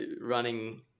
running